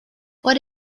what